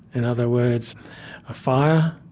in other words a fire,